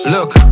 Look